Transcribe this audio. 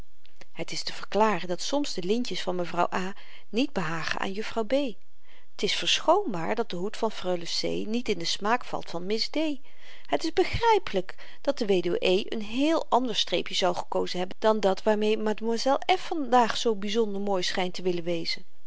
het is te verklaren dat soms de lintjes van mevrouw a niet behagen aan juffrouw b t is verschoonbaar dat de hoed van freule c niet in den smaak valt van miss d het is begrypelyk dat de wed e n heel ander streepje zou gekozen hebben dan dat waarmee mlle f vandaag zoo byzonder mooi schynt te willen wezen